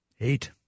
Eight